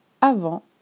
avant